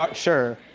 but sure.